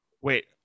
Wait